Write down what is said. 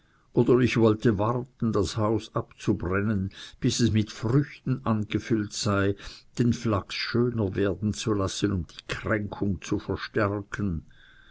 oder ich wollte warten das haus abzubrennen bis es mit früchten angefüllt sei den flachs schöner werden lassen um die kränkung zu verstärken